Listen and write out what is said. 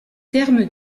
termes